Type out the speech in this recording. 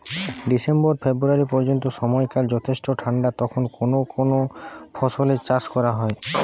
December ফেব্রুয়ারি পর্যন্ত সময়কাল যথেষ্ট ঠান্ডা তখন কোন কোন ফসলের চাষ করা হয়?